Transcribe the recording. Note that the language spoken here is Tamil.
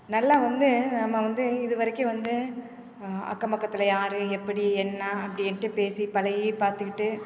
நல்லா வந்து நம்ம வந்து இதுவரைக்கும் வந்து அக்கம்பக்கத்தில் யார் எப்படி என்ன அப்படின்ட்டு பேசி பழகி பார்த்துக்கிட்டு